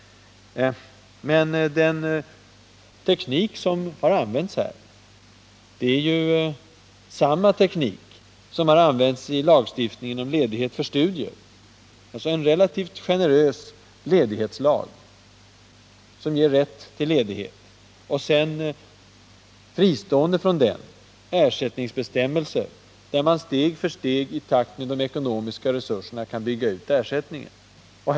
Men den teknik som har använts är ju densamma som i lagstiftningen om ledighet för studier, alltså en relativt generös ledighetslag, som ger rätt till ledighet, och sedan fristående från den ersättningsbestämmelser där man steg för steg i takt med de ekonomiska resurserna kan bygga ut det ekonomiska stödet.